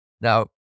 Now